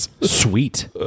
sweet